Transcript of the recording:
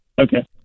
okay